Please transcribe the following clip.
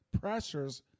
pressures